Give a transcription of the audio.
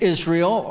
Israel